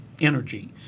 energy